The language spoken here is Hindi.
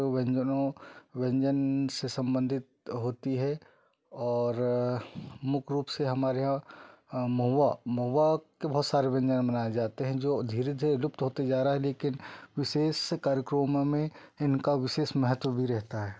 व्यंजनों व्यंजन से संबंधित होती है और मुख्य रूप से हमारे यह महुआ महुआ के बहुत सारे व्यंजन बनाए जाते हैं जो धीरे धीरे लुप्त होते जा रहा है लेकिन विशेष कार्यक्रमों इनका विशेष महत्व भी रहता है